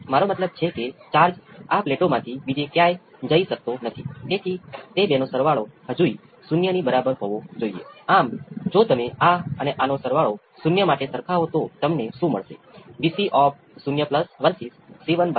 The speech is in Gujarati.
તેથી સામાન્ય ઉકેલ એ ચોક્કસ ઉકેલનો ફોર્સ રિસ્પોન્સ છે જેની તમે ગણતરી કરો છો નેચરલ રિસ્પોન્સનું સ્કેલ વર્ઝન